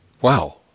Wow